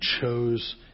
chose